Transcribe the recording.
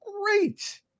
great